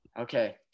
Okay